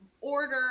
order